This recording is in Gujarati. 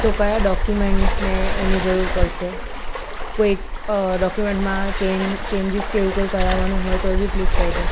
તો કયા ડોક્યુમેંટ્સ ને એની જરૂર પડશે કોઈક ડોકયુમેન્ટમાં ચેંજીસ કે એવુ કંઈ કરાવવાનું હોય તો બી પ્લીસ કહી દો